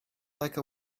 like